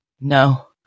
no